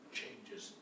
changes